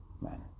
man